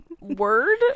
word